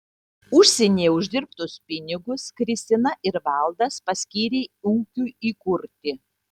užsienyje uždirbtus pinigus kristina ir valdas paskyrė ūkiui įkurti